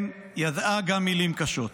כן, ידעה גם מילים קשות.